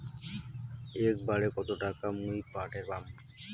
একবারে কত টাকা মুই পাঠের পাম?